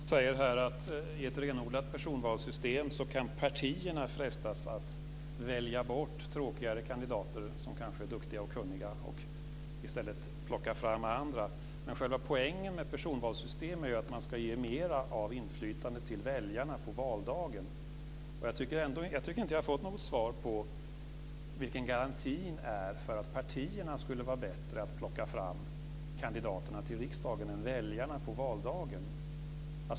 Fru talman! Mats Einarsson säger här att i ett renodlat personvalssystem kan partierna frestas att välja bort tråkigare kandidater som kanske är duktiga och kunniga och i stället plocka fram andra. Men själva poängen med personvalssystemet är att ge mera av inflytande till väljarna på valdagen. Jag tycker inte att jag har fått något svar på vilken garantin är för att partierna skulle vara bättre att plocka fram kandidaterna till riksdagen än väljarna på valdagen.